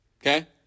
Okay